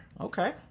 Okay